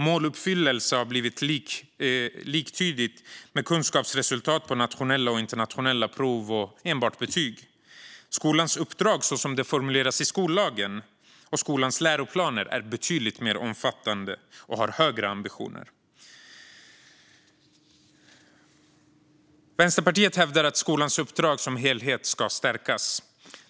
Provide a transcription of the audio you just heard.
Måluppfyllelse har blivit liktydigt med kunskapsresultat på nationella och internationella prov och enbart betyg. Skolans uppdrag, så som det formuleras i skollagen och skolans läroplaner, är betydligt mer omfattande och har högre ambitioner. Vänsterpartiet hävdar att skolans uppdrag som helhet ska stärkas.